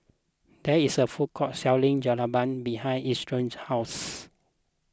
there is a food court selling Jalebi behind Isidro's house